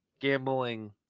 Gambling